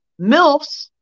milfs